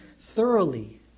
thoroughly